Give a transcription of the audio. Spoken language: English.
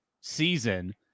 season